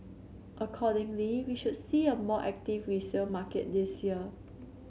accordingly we should see a more active resale market this year